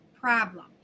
problem